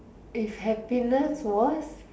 if happiness was